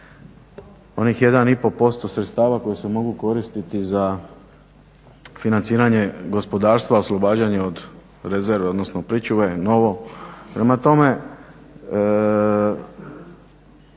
pol posto sredstava koji se mogu koristiti za financiranje gospodarstva, oslobađanje od rezerve odnosno priče, novo. Prema tome,